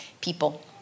people